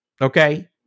Okay